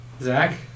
Zach